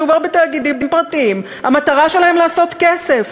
מדובר בתאגידים פרטיים, המטרה שלהם היא לעשות כסף.